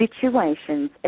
situations